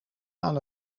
aan